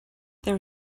there